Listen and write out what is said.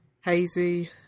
hazy